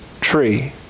tree